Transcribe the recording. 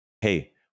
Hey